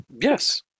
Yes